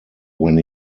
when